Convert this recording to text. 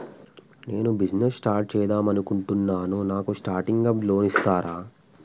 నేను business start చేద్దామనుకుంటున్నాను నాకు స్టార్టింగ్ అప్ లోన్ ఇస్తారా?